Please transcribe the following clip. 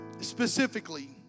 specifically